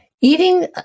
eating